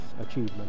achievement